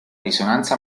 risonanza